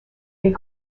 des